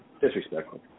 Disrespectful